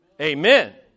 amen